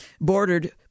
bordered